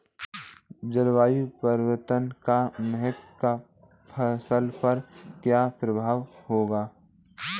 जलवायु परिवर्तन का मक्के की फसल पर क्या प्रभाव होगा?